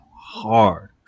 hard